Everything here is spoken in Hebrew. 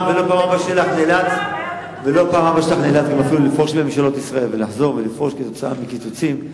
אבא שלך נאלץ אפילו לפרוש מממשלות ישראל ולחזור ולפרוש כתוצאה מקיצוצים.